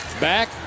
back